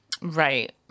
Right